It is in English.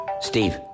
Steve